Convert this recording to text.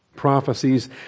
Prophecies